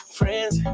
friends